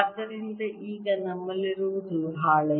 ಆದ್ದರಿಂದ ಈಗ ನಮ್ಮಲ್ಲಿರುವುದು ಹಾಳೆ